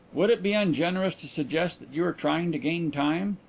would it be ungenerous to suggest that you are trying to gain time?